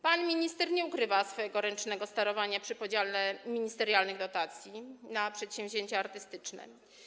Pan minister nie ukrywa swojego ręcznego sterowania przy podziale ministerialnych dotacji na przedsięwzięcia artystyczne.